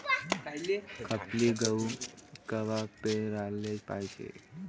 खपली गहू कवा पेराले पायजे?